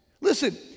Listen